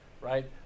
right